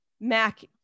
Mac